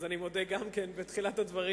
אז אני מודה גם כן בתחילת הדברים